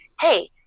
Hey